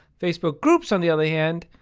facebook groups, on the other hand,